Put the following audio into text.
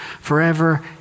forever